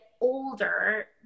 older